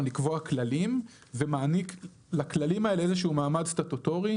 לקבוע כללים ומעניק לכללים האלה איזשהו מעמד סטטוטורי.